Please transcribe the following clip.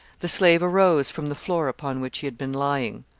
the slave arose from the floor upon which he had been lying,